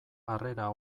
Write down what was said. harrera